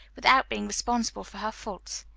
without being responsible for her faults.